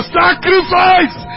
sacrifice